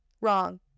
Wrong